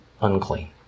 unclean